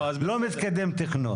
לא מתקדם תכנון.